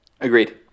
Agreed